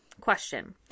Question